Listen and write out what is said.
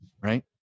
right